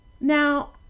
Now